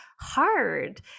hard